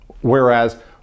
Whereas